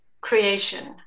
creation